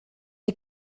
die